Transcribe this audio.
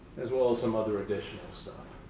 as well as some other additional stuff